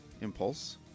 Impulse